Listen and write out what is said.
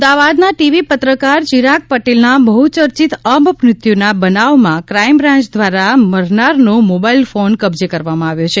અમદાવાદના ટીવી પત્રકાર ચિરાગ પટેલના બહુ ચર્ચિત અપમૃત્યુના બનાવમાં ક્રાઇમ બ્રાંચ દ્વારા મરનારનો મોબાઇલ ફોન કબજે કરવામાં આવ્યો છે